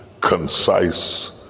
concise